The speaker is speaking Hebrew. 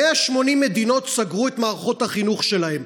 180 מדינות סגרו את מערכות החינוך שלהן,